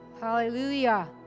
hallelujah